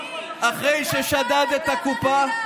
אחרי ששדד את הקופה.